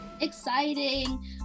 Exciting